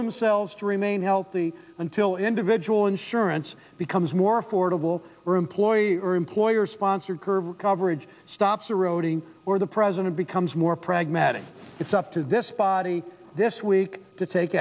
themselves to remain healthy until individual insurance becomes more affordable were employed or employer sponsored curve coverage stops eroding or the president becomes more pragmatic it's up to this body this week to take